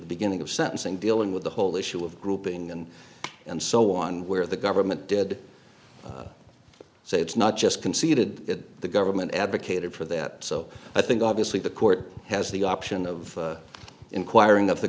beginning of sentencing dealing with the whole issue of grouping and and so on where the government did say it's not just conceded that the government advocated for that so i think obviously the court has the option of inquiring